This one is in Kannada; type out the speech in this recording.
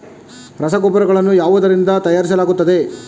ರಸಗೊಬ್ಬರಗಳನ್ನು ಯಾವುದರಿಂದ ತಯಾರಿಸಲಾಗುತ್ತದೆ?